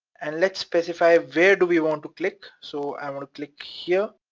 and let's specify where do we want to click. so, i want to click here.